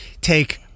take